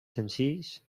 senzills